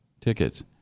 tickets